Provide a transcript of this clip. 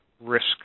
risk